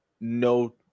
no